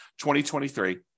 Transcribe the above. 2023